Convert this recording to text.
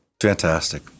fantastic